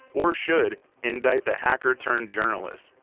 or should, indict the hacker-turned-journalist,